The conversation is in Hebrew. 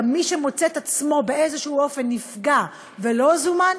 גם מי שמוצא את עצמו באיזשהו אופן נפגע ולא זומן,